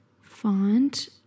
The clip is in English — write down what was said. font